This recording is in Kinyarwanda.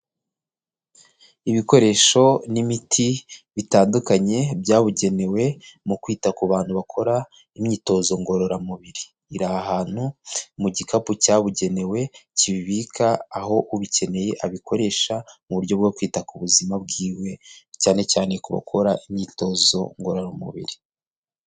Ibikoresho n'imiti bitandukanye byabugenewe mu kwita ku bantu bakora imyitozo ngororamubiri, iri ahantu mu gikapu cyabugenewe kibika aho ubikeneye abikoresha mu buryo bwo kwita ku buzima bwiwe cyane cyane ku bakora imyitozo ngororamubiri.